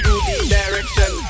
direction